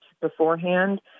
beforehand